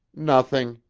nothing,